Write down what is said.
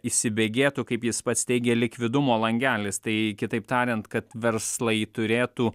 įsibėgėtų kaip jis pats teigė likvidumo langelis tai kitaip tariant kad verslai turėtų